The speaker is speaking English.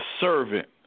servant